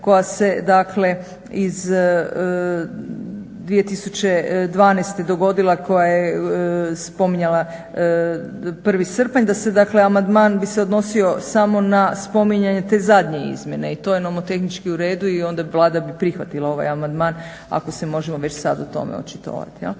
koja se dakle iz 2012. dogodila koja je spominjala 1. srpanj da se dakle amandman bi se odnosio samo na spominjanje te zadnje izmjene. I to je nomotehnički u redu i onda Vlada bi prihvatila ovaj amandman ako se možemo već sad o tome očitovati